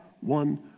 one